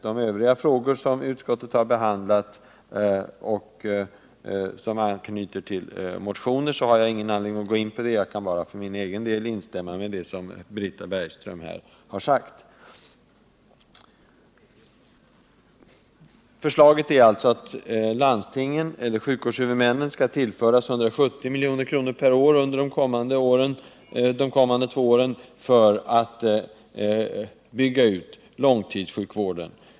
De övriga frågor som utskottet har behandlat och som anknyter till motioner har jag ingen anledning att gå in på. Jag kan bara för min egen del instämma i det som Britta Bergström har sagt. Förslaget är alltså att sjukvårdshuvudmännen skall tillföras 170 milj.kr. perår under de kommande två åren för att bygga ut långtidssjukvården.